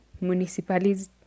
municipalities